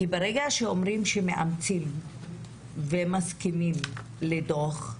ברגע שאומרים שמאמצים ומסכימים לדוח,